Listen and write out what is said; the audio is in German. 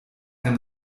ein